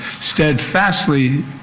steadfastly